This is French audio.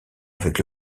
avec